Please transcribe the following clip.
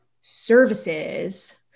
services